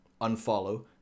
Unfollow